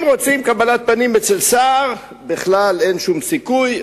אם רוצים קבלת פנים אצל שר, בכלל אין שום סיכוי.